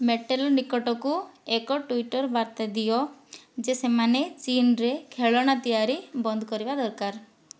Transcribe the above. metal ନିକଟକୁ ଏକ Twitter ବାର୍ତ୍ତା ଦିଅ ଯେ ସେମାନେ ଚୀନରେ ଖେଳଣା ତିଆରି ବନ୍ଦ କରିବା ଦରକାର